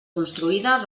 construïda